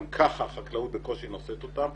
גם כך החקלאות בקושי נושאת אותם.